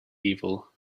evil